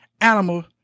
animal